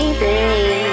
baby